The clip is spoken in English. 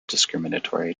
discriminatory